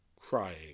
crying